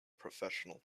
professional